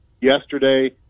yesterday